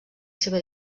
seva